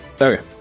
okay